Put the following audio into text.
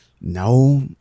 No